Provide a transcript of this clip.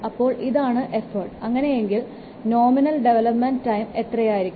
അപ്പോൾ ഇതാണ് എഫോർട്ട് അങ്ങനെയെങ്കിൽ നോമിനൽ ഡെവലപ്മെൻറ് ടൈം എത്രയായിരിക്കും